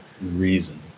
reason